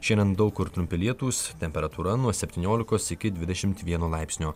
šiandien daug kur trumpi lietūs temperatūra nuo septyniolikos iki dvidešimt vieno laipsnio